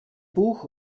buch